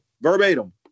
Verbatim